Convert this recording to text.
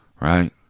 right